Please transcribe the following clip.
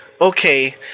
Okay